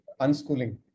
unschooling